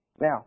Now